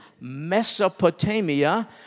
Mesopotamia